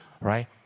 right